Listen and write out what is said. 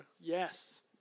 Yes